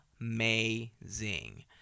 Amazing